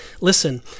listen